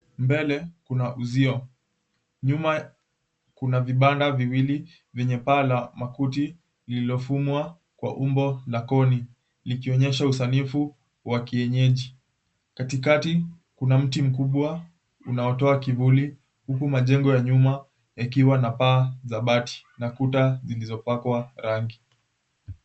Mbele kuna uzio. Nyuma kuna vibanda viwili vyenye paa la makuti lililofumwa kwa umbo la koni likionyesha usanifu wa kienyeji. Katikati kuna mti mkubwa unaotoa kivuli huku majengo ya nyuma yakiwa na paa za bati na kuta zilizopakwa rangi.